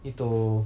need to